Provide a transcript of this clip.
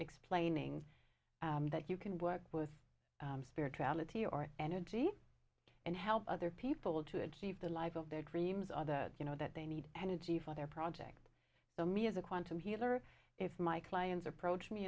explaining that you can work with spirituality or energy and help other people to achieve the life of their dreams other you know that they need energy for their project so me as a quantum healer if my clients approach me